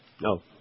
No